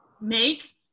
make